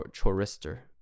Chorister